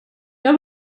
jag